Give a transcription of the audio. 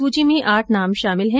सुची में आठ नाम शामिल है